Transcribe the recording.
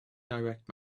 direct